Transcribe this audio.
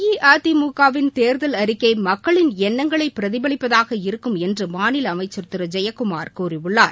அஇஅதிமுகவின் தேர்தல் அறிக்கை மக்களின் எண்ணங்களை பிரதிபலிப்பதாக இருக்கும் என்று மாநில அமைச்சர் திரு ஜெயக்குமார் கூறியுள்ளார்